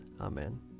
Amen